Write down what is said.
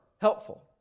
helpful